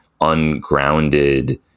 ungrounded